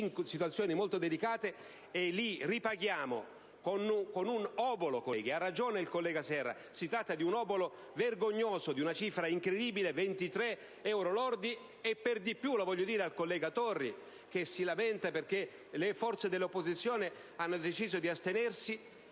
in situazioni molto delicate, e li ripaghiamo con un obolo, colleghi. Ha ragione il collega Serra: si tratta di un obolo vergognoso, di una cifra incredibile, di 23 euro lordi, e per di più - lo voglio dire al collega Torri che si lamenta perché le forze dell'opposizione hanno deciso di astenersi